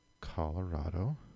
Colorado